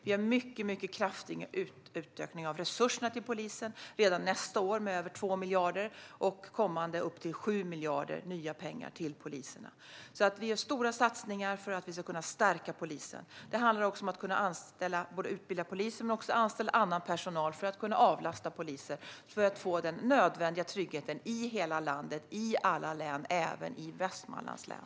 Vi gör mycket kraftiga utökningar av resurserna till polisen, redan nästa år med över 2 miljarder och kommande år med upp till 7 miljarder i nya pengar till poliserna. Vi gör alltså stora satsningar för att kunna stärka polisen. Det handlar om att både utbilda poliser och anställa annan personal som kan avlasta polisen för att få den nödvändiga tryggheten i hela landet och i alla län, även i Västmanlands län.